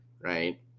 Right